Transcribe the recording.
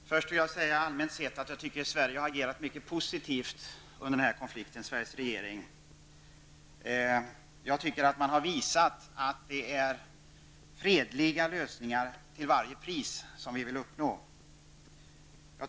Herr talman! Herr talman! Jag anser allmänt sett att Sveriges regering har agerat mycket positivt under denna konflikt. Jag tycker att man har visat att det till varje pris är fredliga lösningar som vi vill uppnå.